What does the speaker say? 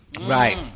right